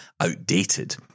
outdated